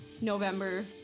November